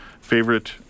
favorite